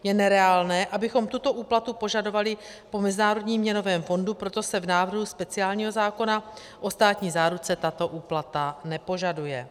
Je nereálné, abychom tuto úplatu požadovali po Mezinárodním měnovém fondu, proto se v návrhu speciálního zákona o státní záruce tato úplata nepožaduje.